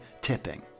tipping